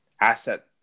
asset